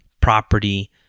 property